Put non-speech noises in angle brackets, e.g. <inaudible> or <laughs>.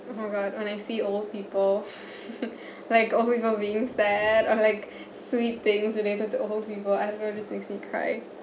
oh my god when I see old people <laughs> like oh my god being sad I'm like sweet things related to old people makes me cry